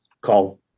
call